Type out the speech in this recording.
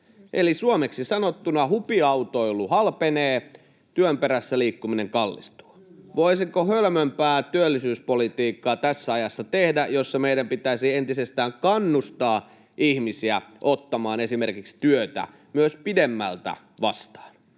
Eli suomeksi sanottuna hupiautoilu halpenee, työn perässä liikkuminen kallistuu. Voisiko hölmömpää työllisyyspolitiikkaa tässä ajassa tehdä, kun meidän pitäisi entisestään kannustaa ihmisiä ottamaan esimerkiksi työtä myös pidemmältä vastaan?